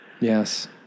Yes